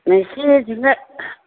नैसै बिदिनो